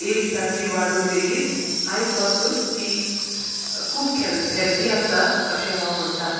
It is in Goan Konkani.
एज तांची वाडून लेगीत आयज पासून तीं खूब केल हेल्दी आसा अशें हांव म्हुणटा